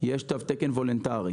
יש תו תקן וולונטרי.